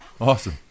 Awesome